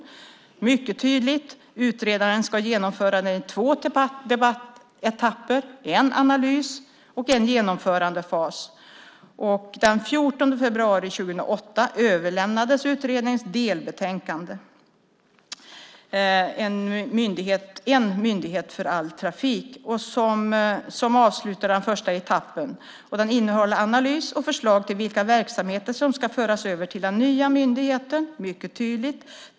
Det är mycket tydligt. Utredaren ska genomföra detta i två etapper, en analys och en genomförandefas. Den 14 februari 2008 överlämnades utredningens delbetänkande, Transportinspektionen - En myndighet för all trafik , som avslutar den första etappen. Den innehåller analyser och förslag till vilka verksamheter som ska föras över till den nya myndigheten. Mycket tydligt!